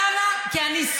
למה לא באת